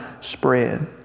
spread